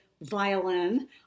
violin